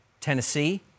Tennessee